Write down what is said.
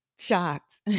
shocked